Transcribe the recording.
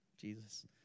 Jesus